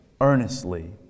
earnestly